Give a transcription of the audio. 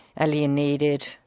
alienated